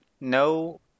No